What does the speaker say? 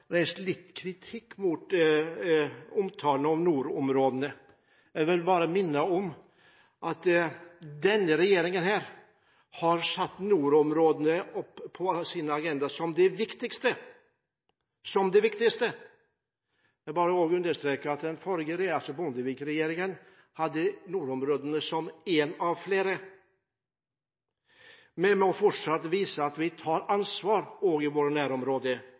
kritikk mot omtalen av nordområdene. Jeg vil bare minne om at denne regjeringen har satt nordområdene opp på sin agenda som det viktigste. Jeg vil også understreke at den forrige regjeringen – Bondevik-regjeringen – hadde nordområdene som ett av flere. Vi må fortsatt vise at vi tar ansvar, også i våre nærområder